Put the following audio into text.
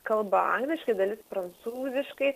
kalba angliškai dalis prancūziškai